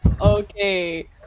okay